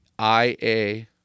IA